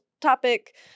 topic